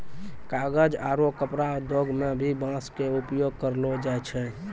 कागज आरो कपड़ा उद्योग मं भी बांस के उपयोग करलो जाय छै